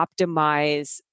optimize